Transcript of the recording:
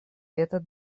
этот